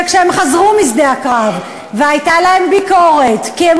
וכשהם חזרו משדה-הקרב והייתה להם ביקורת כי הם